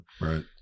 right